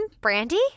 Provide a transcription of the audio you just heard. Brandy